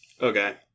Okay